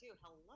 Hello